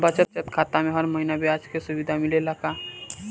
बचत खाता में हर महिना ब्याज के सुविधा मिलेला का?